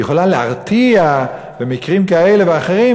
היא יכולה להרתיע במקרים כאלה ואחרים,